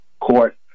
court